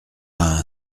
vingt